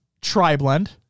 tri-blend